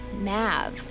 Mav